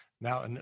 Now